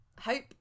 Hope